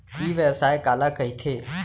ई व्यवसाय काला कहिथे?